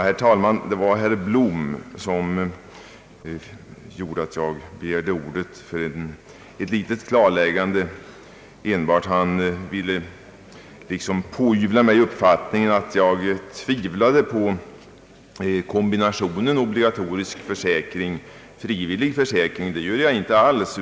Herr talman! Det var herr Blom som gav mig anledning att begära ordet för ett litet klarläggande. Han ville liksom pådyvla mig uppfattningen att jag tvivlade på kombinationen obligatorisk försäkring—frivillig försäkring. Det gör jag inte alls.